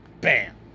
bam